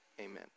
Amen